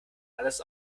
alles